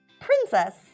Princess